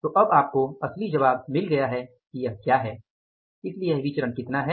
तो अब आपको असली जवाब मिल गया है कि यह क्या है इसलिए यह विचरण कितना है